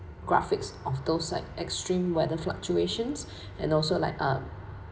graphics of those like extreme weather fluctuations and also like um